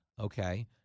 okay